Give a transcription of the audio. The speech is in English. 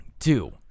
Two